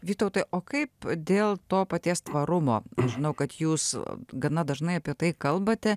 vytautai o kaip dėl to paties tvarumo žinau kad jūsų gana dažnai apie tai kalbate